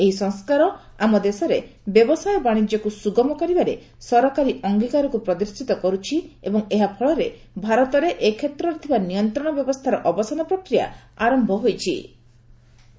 ଏହି ସଂସ୍କାର ଆମ ଦେଶରେ ବ୍ୟବସାୟ ବାଣିଜ୍ୟକୁ ସୁଗମ କରିବାର ସରକାରୀ ଅଙ୍ଗୀକାରକୁ ପ୍ରଦର୍ଶିତ କରୁଛି ଏବଂ ଏହା ଫଳରେ ଭାରତରେ ଏ କ୍ଷେତ୍ରରେ ଥିବା ନିୟନ୍ତ୍ରଣ ବ୍ୟବସ୍ଥାର ଅବସାନ ପ୍ରକ୍ରିୟା ଆରମ୍ଭ ହୋଇଛି ବୋଲି ପ୍ରଧାନମନ୍ତ୍ରୀ କହିଛନ୍ତି